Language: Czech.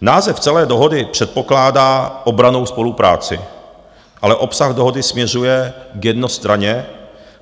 Název celé dohody předpokládá obrannou spolupráci, ale obsah dohody směřuje k jednostranné,